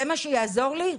זה מה שיעזור לי?